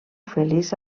feliç